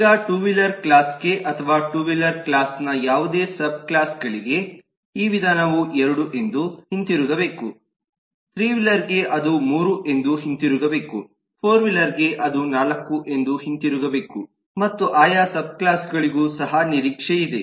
ಈಗ 2 wheeler class ಗೆ ಅಥವಾ 2 ವೀಲರ್ ಕ್ಲಾಸ್ ನ ಯಾವುದೇ ಸಬ್ಕ್ಲಾಸ್ ಗಳಿಗೆ ಈ ವಿಧಾನವು 2 ಎಂದು ಹಿಂದಿರುಗಬೇಕು 3 ವೀಲರ್ ಗೆ ಅದು 3 ಎಂದು ಹಿಂದಿರುಗಬೇಕು 4 ವೀಲರ್ ಗೆ ಅದು 4 ಎಂದು ಹಿಂದಿರುಗಬೇಕು ಮತ್ತು ಆಯಾ ಸಬ್ಕ್ಲಾಸ್ ಗಳಿಗೂ ಸಹ ನಿರೀಕ್ಷೆಯಿದೆ